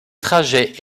trajets